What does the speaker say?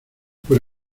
por